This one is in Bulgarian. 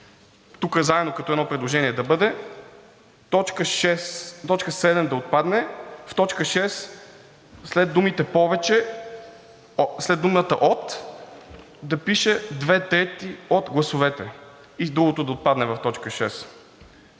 тук заедно като едно предложение да бъде: точка седем да отпадне. В точка шест след думата „от“ да пише „две трети от гласовете“, и другото да отпадне в точка